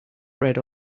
bread